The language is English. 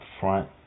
front